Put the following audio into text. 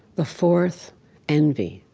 the fourth envy,